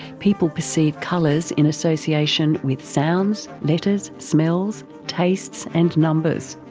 people perceive colours in association with sounds, letters, smells, tastes and numbers.